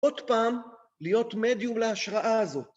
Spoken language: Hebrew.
עוד פעם, להיות מדיום להשראה הזאת.